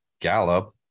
Gallup